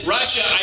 Russia